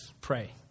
Pray